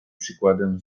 przykładem